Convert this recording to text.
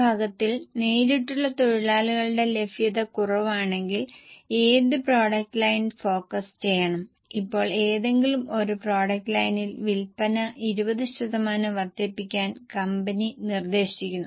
ഇവിടെ നിങ്ങൾ ശ്രദ്ധാപൂർവം നോക്കുകയാണെങ്കിൽ ജീവനക്കാരുടെ ചെലവുകൾ ഒഴികെ അതിന്റെ പ്രവർത്തന ചെലവ് 10 മുതൽ 12 ശതമാനം വരെ വളരുമെന്ന് കമ്പനി പ്രതീക്ഷിക്കുന്നു